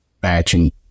batching